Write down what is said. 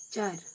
चार